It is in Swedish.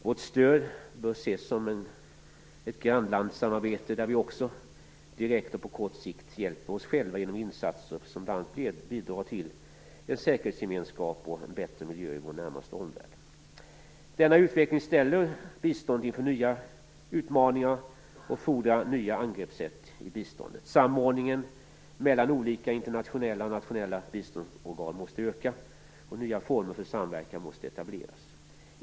Vårt stöd bör ses som ett grannlandssamarbete där vi också direkt och på kort sikt hjälper oss själva genom insatser som kan bidra till en säkerhetsgemenskap och till en bättre miljö i vår närmaste omvärld. Denna utveckling ställer biståndet inför nya utmaningar och fordrar nya angreppssätt. Samordningen mellan olika internationella och nationella biståndsorgan måste öka. Nya former för samverkan måste etableras.